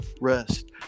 rest